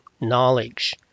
knowledge